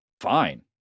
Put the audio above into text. fine